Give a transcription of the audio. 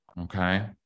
Okay